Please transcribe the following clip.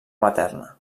materna